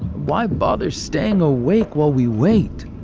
why bother staying awake while we wait?